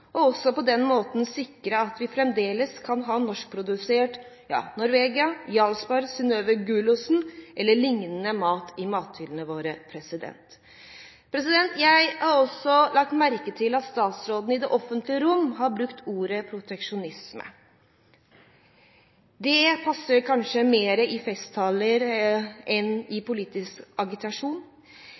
og på den måten også sikre at vi fremdeles kan ha norskprodusert Norvegia, Jarlsberg, Synnøve gulosten og liknende mat i mathyllene våre. Jeg har også lagt merke til at statsråden i det offentlige rom har brukt ordet proteksjonisme. Det passer kanskje mer i festtaler enn i politisk agitasjon.